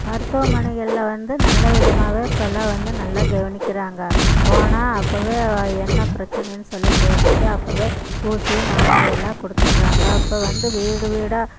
மருத்துவமனைகளில் வந்து நல்ல விதமாகவே இப்போல்லாம் வந்து நல்லா கவனிக்கிறாங்க போனால் அப்போவே என்ன பிரச்சனைனு சொல்லி கேட்டுட்டு அப்போவே ஊசி மாத்தரை எல்லாம் கொடுத்துட்றாங்க அப்போது வந்து வீடு வீடாக